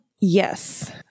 Yes